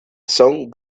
son